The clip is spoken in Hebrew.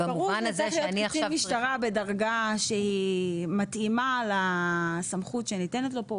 ברור --- קצין משטרה בדרגה שהיא מתאימה לסמכות שניתנת לו פה.